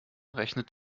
rechnet